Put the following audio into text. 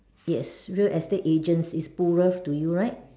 yes real estate agent is poorest to you right